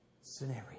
scenario